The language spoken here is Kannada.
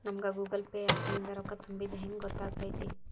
ನಮಗ ಗೂಗಲ್ ಪೇ ಆ್ಯಪ್ ನಿಂದ ರೊಕ್ಕಾ ತುಂಬಿದ್ದ ಹೆಂಗ್ ಗೊತ್ತ್ ಆಗತೈತಿ?